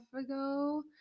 ago